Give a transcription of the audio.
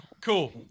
cool